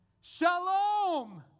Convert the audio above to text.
Shalom